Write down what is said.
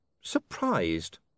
surprised